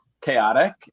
chaotic